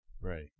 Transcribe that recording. right